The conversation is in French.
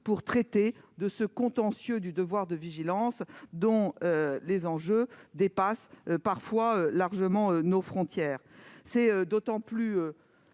pour traiter de ce contentieux du devoir de vigilance, dont les enjeux dépassent parfois largement nos frontières.